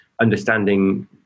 understanding